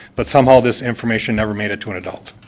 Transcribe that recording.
but somehow this information never made it to an adult.